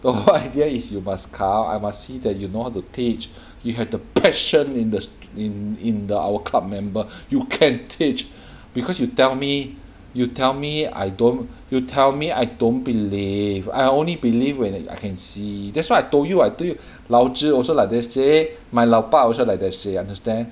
the whole idea is you must come I must see that you know how to teach you have the passion in the s~ in in the our club member you can teach because you tell me you tell me I don't you tell me I don't believe I only believe when I can see that's why I told you I told you 老子 also like that say my 老爸 also like that say understand